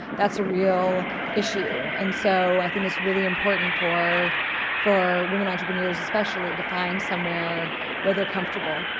that's a real issue. and so i think it's really important for for women entrepreneurs especially to find somewhere where they're comfortable.